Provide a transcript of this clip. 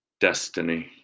destiny